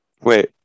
Wait